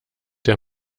der